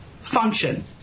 function